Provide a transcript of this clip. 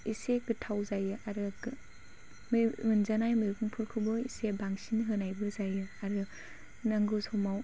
एसे गोथाव जायो आरो मोनजानाय मैगंफोरखौबो इसे बांसिन होनायबो जायो आरो नांगौ समाव